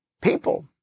people